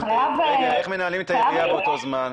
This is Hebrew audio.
איך מנהלים את העירייה באותו זמן?